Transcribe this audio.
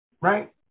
right